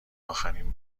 اخرین